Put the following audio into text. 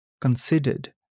considered